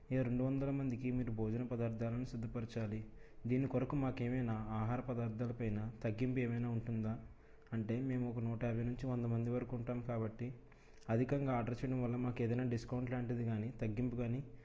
రెండు వందల మందికి మీరు భోజన పదార్థాలను సిద్ధపరచాలి దీని కొరకు మాకు ఏమైనా ఆహార పదార్థాల పైన తగ్గింపు ఏమైనా ఉంటుందా అంటే మేము ఒక నూట యాభై నుంచి వంద మంది వరకు ఉంటాం కాబట్టి అధికంగా ఆర్డర్ చేయడం వల్ల మాకేదైనా డిస్కౌంట్ లాంటిది కానీ తగ్గింపు కానీ